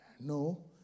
No